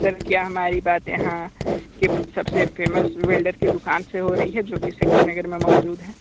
sir क्या हमारी बात यहाँ के सबसे फेमस वेल्डर की दुकान से हो रही है जो कि शक्ति नगर में मौजूद हैं